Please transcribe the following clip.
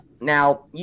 Now